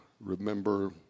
remember